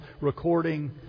Recording